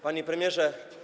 Panie Premierze!